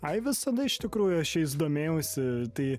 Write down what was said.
ai visada iš tikrųjų aš jais domėjausi tai